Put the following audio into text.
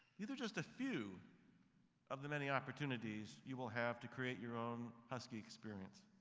these are just a few of the many opportunities you will have to create your own husky experience.